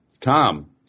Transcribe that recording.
tom